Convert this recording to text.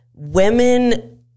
women